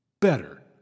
Better